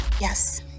Yes